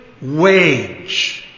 wage